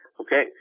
Okay